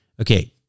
Okay